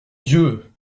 dieu